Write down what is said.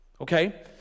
okay